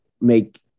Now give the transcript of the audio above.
make